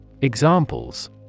Examples